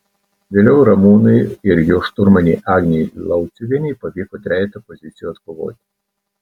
vėliau ramūnui ir jo šturmanei agnei lauciuvienei pavyko trejetą pozicijų atkovoti